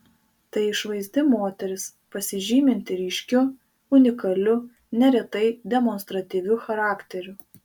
tai išvaizdi moteris pasižyminti ryškiu unikaliu neretai demonstratyviu charakteriu